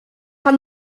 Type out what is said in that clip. pan